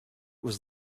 was